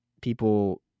people